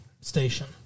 station